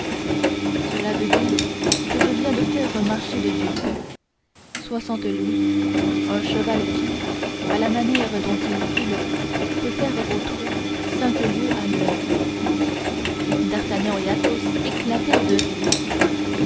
cela veut dire que je viens de faire un marché de dupe soixante louis un cheval qui à la manière dont il file peut faire au trot cinq lieues à l'heure d'artagnan et athos éclatèrent de rire